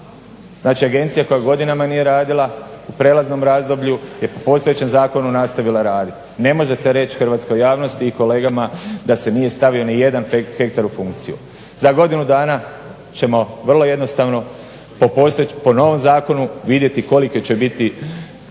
Znači agencija koja godinama nije radila u prelaznom razdoblju je po postojećem zakonu nastavila raditi. Ne možete reći hrvatskoj javnosti i kolegama da se nije stavio nijedan hektar u funkciju. Za godinu dana ćemo vrlo jednostavno po novom zakonu vidjeti koliko će biti